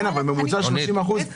ממוצע שמראה על 30%?